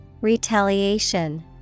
Retaliation